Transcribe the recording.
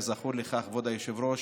כזכור לך, כבוד היושב-ראש,